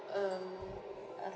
um uh